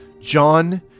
John